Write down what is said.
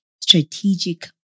strategic